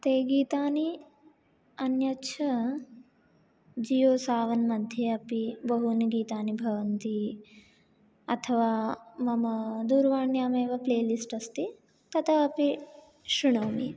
ते गीतानि अन्यच्च जियोसेवन् मध्ये अपि बहूनि गीतानि भवन्ति अथवा मम दूरवाण्यामेव प्लेलिस्ट् अस्ति ततः अपि शृणोमि